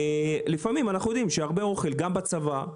לפעמים אנחנו יודעים שהרבה אוכל, גם בצבא,